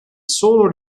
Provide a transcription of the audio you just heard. solo